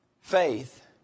Faith